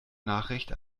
nachricht